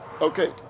Okay